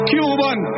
Cuban